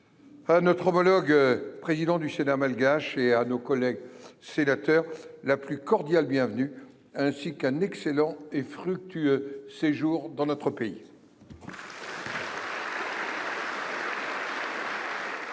À notre homologue président du Sénat malgache et à nos collègues sénateurs la plus cordiale bienvenue ainsi qu'un excellent et fructueux séjour dans notre pays.